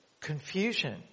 confusion